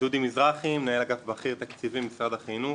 דודי מזרחי, מנהל אגף בכיר תקציבים, משרד החינוך.